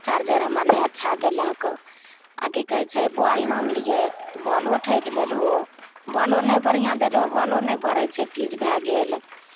charger हमरा नहि अच्छा देलक आओर कि कहय छै बल्व लानलियै बल्बो ठकि लेलहो बल्वो नहि बढ़िआँ देलहो बल्वो नहि बड़य छै फ्यूज भए गेल